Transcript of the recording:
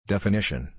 Definition